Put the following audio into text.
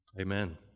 Amen